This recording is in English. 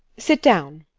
sit down.